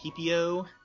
PPO